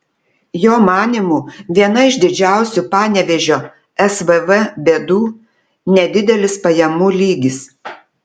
jo manymu viena iš didžiausių panevėžio svv bėdų nedidelis pajamų lygis